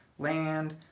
land